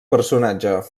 personatge